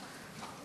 מתקבלות ההחלטות.